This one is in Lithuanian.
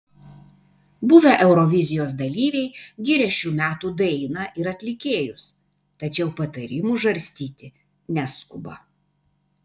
buvę eurovizijos dalyviai giria šių metų dainą ir atlikėjus tačiau patarimų žarstyti neskuba